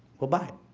we'll buy it.